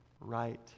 right